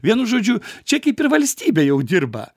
vienu žodžiu čia kaip ir valstybė jau dirba